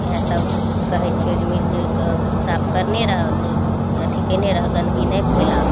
इएह सब कहै छियो जे मिलजुलि कऽ साफ करने रह अथी कयने रह गन्दगी नहि फैला